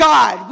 God